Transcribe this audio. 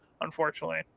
Unfortunately